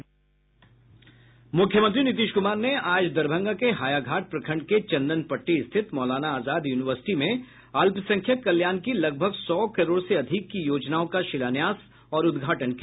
मूख्यमंत्री नीतीश कुमार ने आज दरभंगा के हायाघाट प्रखंड के चंदनपट्टी स्थित मौलाना आजाद यूनिवर्सिटी में अल्पसंख्यक कल्याण की लगभग सौ करोड़ से अधिक की योजनाओं का शिलान्यास और उद्घाटन किया